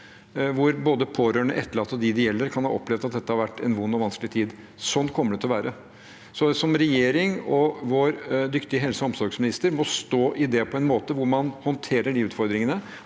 hvor både pårørende, etterlatte og de ideelle kan ha opplevd at dette har vært en vond og vanskelig tid – sånn kommer det til å være. Regjeringen og vår dyktige helse- og omsorgsminister må stå i det på en måte hvor man håndterer de utfordringene